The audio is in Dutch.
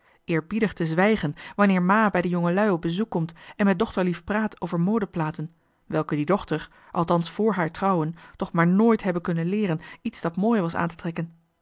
eerbiedig te zwijgen wanneer ma bij de jongelui op bezoek komt en met dochterlief praat over modeplaten welke die dochter althans vr haar trouwen toch maar nit hebben kunnen leeren iets dat mooi was aan te trekken